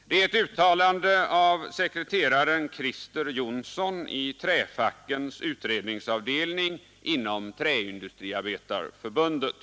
Det är ett uttalande av sekreterare Christer Jonsson i Träfackens utredningsavdelning inom Träindustriarbetarförbundet.